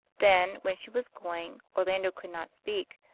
then when she was going, orlando could not speak,